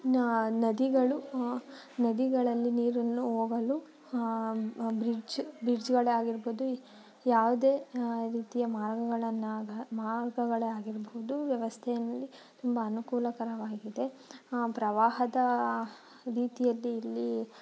ನ ನದಿಗಳು ನದಿಗಳಲ್ಲಿ ನೀರನ್ನು ಹೋಗಲು ಬ್ರಿಡ್ಜ್ ಬ್ರಿಡ್ಜ್ಗಳೇ ಆಗಿರ್ಬೋದು ಯಾವುದೇ ರೀತಿಯ ಮಾರ್ಗಗಳನ್ನಾಗಿ ಮಾರ್ಗಗಳೇ ಆಗಿರ್ಬೋದು ವ್ಯವಸ್ಥೆಯಲ್ಲಿ ತುಂಬ ಅನುಕೂಲಕರವಾಗಿದೆ ಪ್ರವಾಹದ ರೀತಿಯಲ್ಲಿ ಇಲ್ಲಿ